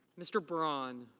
mr. braun.